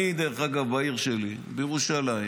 אני, בעיר שלי, בירושלים,